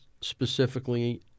specifically